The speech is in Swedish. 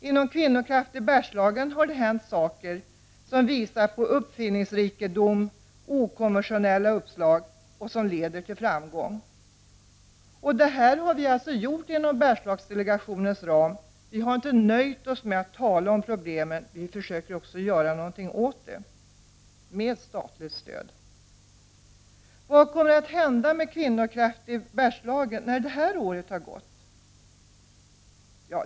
Inom ”Kvinnokraft i Bergslagen” har det hänt saker som visar på uppfinningsrikedom och okonventionella uppslag och som leder till ftamgång. Det här har vi alltså gjort inom Bergslagsdelegationens ram. Vi har inte nöjt oss med att enbart tala om problemen, utan vi försöker också göra någonting åt dem, med statligt stöd. Vad kommer att hända med ”Kvinnokraft i Bergslagen” när det här året har gått?